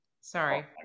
Sorry